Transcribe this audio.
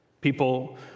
people